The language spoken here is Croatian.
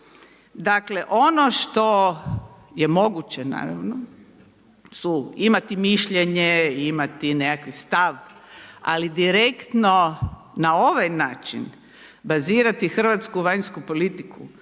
Dakle, ono što je moguće naravno su imati mišljenje, imati nekakvi stav, ali direktno na ovaj način bazirati hrvatsku vanjsku politiku,